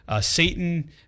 Satan